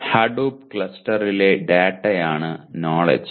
Hadoop ക്ലസ്റ്ററിലെ ഡാറ്റയാണ് knowledge